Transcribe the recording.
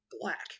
black